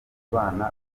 bana